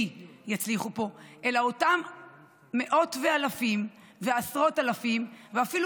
יצליחו פה אלא אותם מאות ואלפים ועשרות אלפים ואפילו